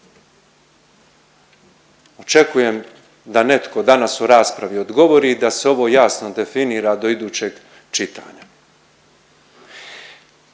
Očekujem da netko danas u raspravi odgovori i da se ovo jasno definira do idućeg čitanja.